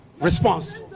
Response